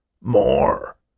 More